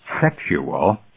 sexual